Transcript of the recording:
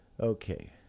Okay